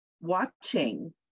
watching